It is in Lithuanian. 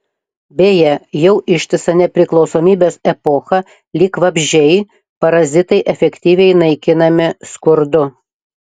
beje jau ištisą nepriklausomybės epochą lyg vabzdžiai parazitai efektyviai naikinami skurdu